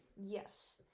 Yes